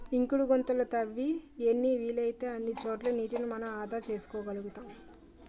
ఇంకుడు గుంతలు తవ్వి ఎన్ని వీలైతే అన్ని చోట్ల నీటిని మనం ఆదా చేసుకోగలుతాం